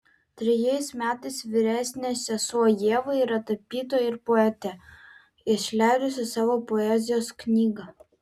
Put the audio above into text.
trejais metais vyresnė sesuo ieva yra tapytoja ir poetė išleidusi savo poezijos knygą